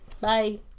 Bye